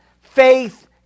faith